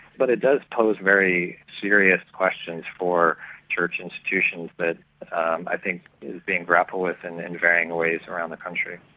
but it does pose very serious questions for church institutions that i think is being grappled with in and varying ways around the country.